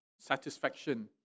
satisfaction